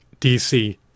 DC